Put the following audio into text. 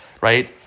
right